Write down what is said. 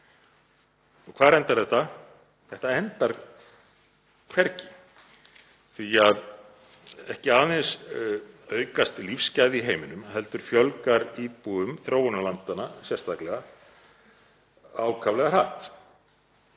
Og hvar endar þetta? Þetta endar hvergi því að ekki aðeins aukast lífsgæði í heiminum heldur fjölgar íbúum þróunarlandanna sérstaklega ákaflega hratt